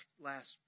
last